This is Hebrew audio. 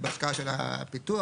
בהשקעה של הפיתוח,